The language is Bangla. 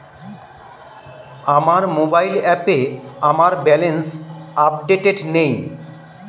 আমার মোবাইল অ্যাপে আমার ব্যালেন্স আপডেটেড নেই